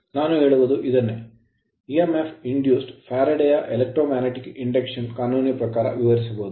ನಾನು ಹೇಳುವುದು ಇದನ್ನೇ EMF ಇಂಡಿಯುಸ್ಡ ಇಎಂಎಫ್ ಪ್ರೇರಿತ ಫ್ಯಾರಡೆಯ electromagnetic induction ವಿದ್ಯುತ್ಕಾಂತೀಯ ಪ್ರೇರಣೆಯ ಕಾನೂನಿನ ಪ್ರಕಾರ ವಿವರಿಸಬಹುದು